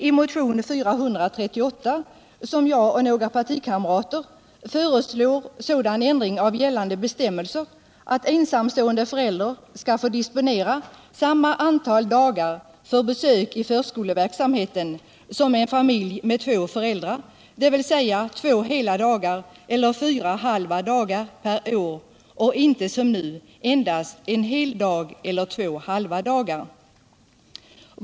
I motionen 438 föreslår jag och några partikamrater sådan ändring av gällande bestämmelser att ensamstående förälder skall få disponera samma antal dagar för besök i förskoleverksamheten som en familj med två föräldrar, dvs. två hela dagar eller fyra halva dagar per år, och inte som nu endast en hel dag eller två halva dagar.